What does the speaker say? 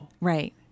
Right